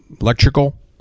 electrical